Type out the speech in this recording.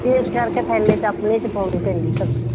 ਇਸ ਕਰਕੇ ਥੈਲੇ 'ਚ ਆਪਣੇ 'ਚ ਪਾਉਣੀ ਪੈਂਦੀ ਸਬਜ਼ੀ